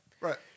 right